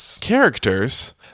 characters